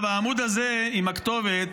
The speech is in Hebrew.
העמוד הזה עם הכתובת